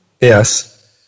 yes